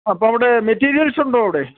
അപ്പം അവിടെ മെറ്റീരിയൽസുണ്ടോ അവിടെ